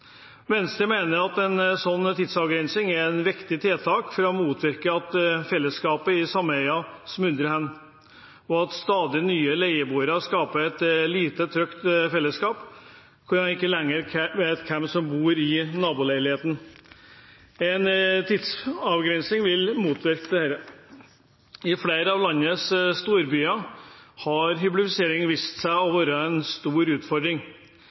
Venstre mener at en slik tidsavgrensning er et viktig tiltak for å motvirke at fellesskapet i sameier smuldrer opp, og at stadig nye leieboere skaper et lite trygt fellesskap, hvor en ikke lenger vet hvem som bor i naboleiligheten. En tidsavgrensning vil motvirke dette. I flere av landets storbyer har hyblifisering vist seg å være en stor utfordring.